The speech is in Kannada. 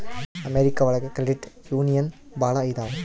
ಅಮೆರಿಕಾ ಒಳಗ ಕ್ರೆಡಿಟ್ ಯೂನಿಯನ್ ಭಾಳ ಇದಾವ